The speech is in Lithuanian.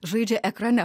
žaidžia ekrane